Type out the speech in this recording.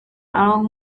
along